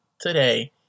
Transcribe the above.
today